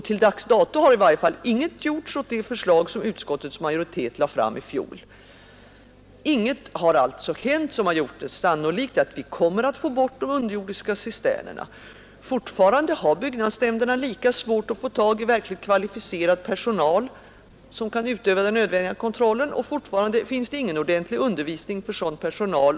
Till dags dato har i varje fall ingenting gjorts åt det förslag som utskottets majoritet lade fram i fjol. Ingenting har alltså hänt som gjort det sannolikt att vi kommer att få bort de underjordiska cisternerna. Fortfarande har byggnadsnämnderna lika svårt att få tag i verkligt kvalificerad personal som kan utöva den nödvändiga kontrollen, och fortfarande finns ingen ordentlig undervisning för sådan personal.